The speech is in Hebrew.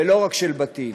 ולא רק של בתים,